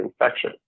infection